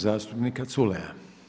zastupnika Culeja.